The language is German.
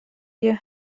ihr